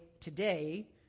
today